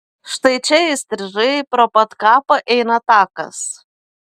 štai čia įstrižai pro pat kapą eina takas